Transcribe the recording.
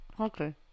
Okay